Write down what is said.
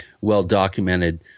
well-documented